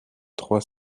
trois